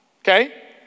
okay